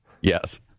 Yes